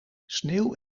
sneeuw